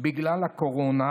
בגלל הקורונה,